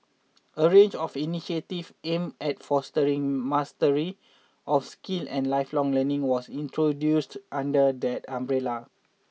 a range of initiatives aimed at fostering mastery of skills and lifelong learning was introduced under that umbrella